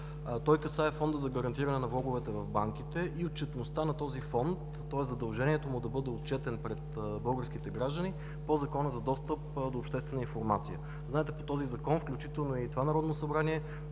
той касае Фонда за гарантиране на влоговете в банките и отчетността му, тоест задължението му да бъде отчетен пред българските граждани по Закона за достъп до обществена информация. Знаете, по този Закон, включително и това Народно събрание